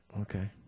Okay